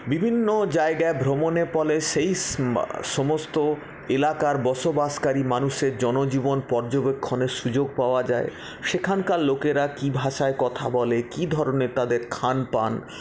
বিভিন্ন জায়গা ভ্রমণের ফলে সেই সমস্ত এলাকার বসবাসকারী মানুষের জনজীবন পর্যবেক্ষণের সুযোগ পাওয়া যায় সেখানকার লোকেরা কি ভাষায় কথা বলে কি ধরণের তাদের খান পান